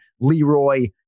Leroy